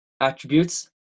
attributes